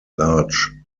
large